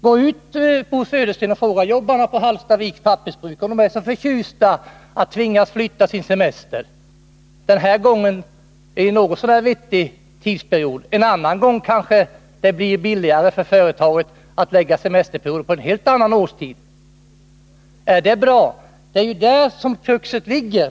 Gå ut, Bo Södersten, och fråga jobbarna på Hallstaviks Pappersbruk om de är förtjusta över att tvingas flytta sin semester! Denna gång är det fråga om en något så när vettig tidsperiod. En annan gång blir det kanske billigare för företaget att förlägga semesterperioden till en helt annan årstid. Är detta bra? Det är här kruxet ligger.